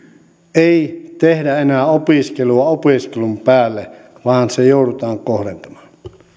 ei tehdä enää opiskelua opiskelun päälle vaan se joudutaan kohdentamaan